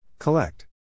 Collect